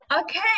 Okay